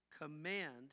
command